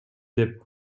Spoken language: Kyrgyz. деп